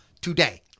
today